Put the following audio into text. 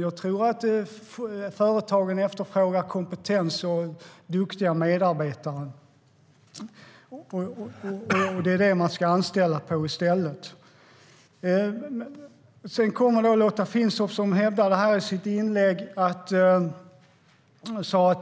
Jag tror att företagen efterfrågar kompetens och duktiga medarbetare. Det är vad de i stället ska anställda på. Lotta Finstorp sa i sitt inlägg att det